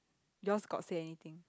yours got say anything